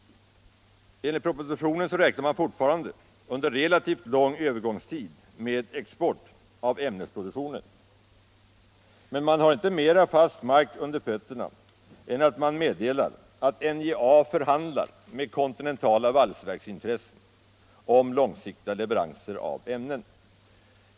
Enligt propositionen räknar man fortfarande med export av ämnesproduktionen under en relativt lång övergångstid, men man har inte fastare mark under fötterna än att man meddelar att NJA förhandlar med kontinentala valsverksintressen om långsiktiga leveranser av ämnen.